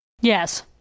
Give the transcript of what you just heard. Yes